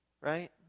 Right